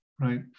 right